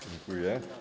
Dziękuję.